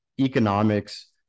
economics